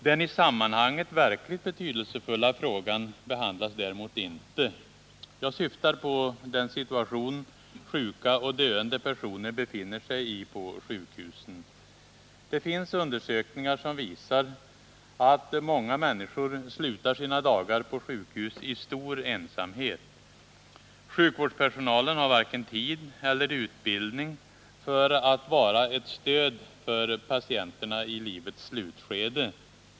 Den i sammanhanget verkligt betydelsefulla frågan behandlas däremot inte. Jag syftar på den situation sjuka och döende personer befinner sig i på sjukhusen. Det finns undersökningar som visar att många människor slutar sina dagar på sjukhus i stor 'ensamhet. Sjukvårdspersonalen har varken tid eller utbildning för att vara ett stöd för patienterna i livets slutskede.